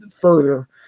further